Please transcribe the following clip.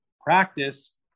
practice